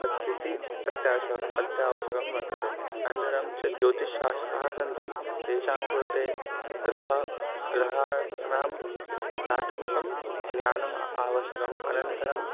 अत् इति अत्यावश्यकम् अत्यावश्यकं वर्तते अनन्तरं च ज्योतिषशास्त्राः सन्ति तेषां कृते ग्रह ग्रहाणां प्राथमिकं ज्ञानम् आवश्यकम् अनन्तरम्